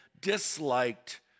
disliked